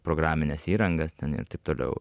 programines įrangas ten ir taip toliau